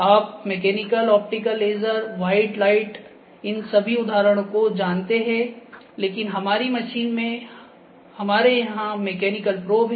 आप mechanical optical laser white light इन सभी उदाहरणों को जानते हैं लेकिन हमारी मशीन में हमारे यहां मैकेनिकल प्रोब है